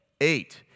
Eight